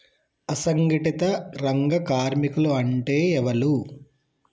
అసంఘటిత రంగ కార్మికులు అంటే ఎవలూ?